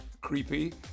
creepy